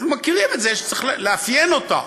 אנחנו מכירים את זה שצריך לאפיין אותה.